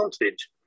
advantage